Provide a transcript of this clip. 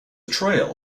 trail